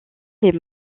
les